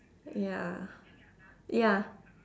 ya ya